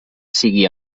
sigui